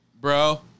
Bro